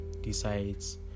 decides